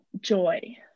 Joy